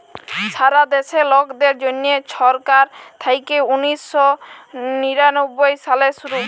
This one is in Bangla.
ছারা দ্যাশে লকদের জ্যনহে ছরকার থ্যাইকে উনিশ শ নিরানব্বই সালে শুরু